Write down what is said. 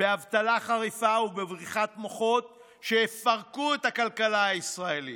באבטלה חריפה ובבריחת מוחות שיפרקו את הכלכלה הישראלית.